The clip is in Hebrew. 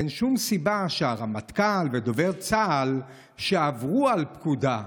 אין שום סיבה שהרמטכ"ל ודובר צה"ל שעברו על פקודה,